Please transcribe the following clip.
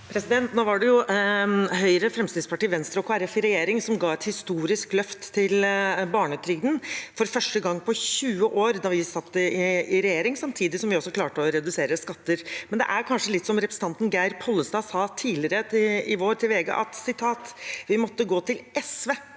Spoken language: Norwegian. Nå var det Høyre, Fremskrittspartiet, Venstre og Kristelig Folkeparti i regjering som ga et historisk løft til barnetrygden for første gang på 20 år da vi satt i regjering, samtidig som vi klarte å redusere skatter. Men det er kanskje litt som representanten Geir Pollestad sa tidligere i vår til VG: «Vi måtte gå til SV